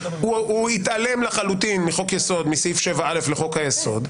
הוא התעלם לחלוטין מסעיף 7א לחוק היסוד.